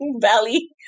valley